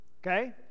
Okay